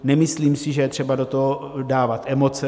Nemyslím si, že je třeba do toho dávat emoce.